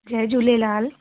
Jay Jhulelal